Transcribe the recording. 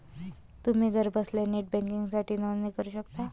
तुम्ही घरबसल्या नेट बँकिंगसाठी नोंदणी करू शकता